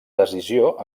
decisió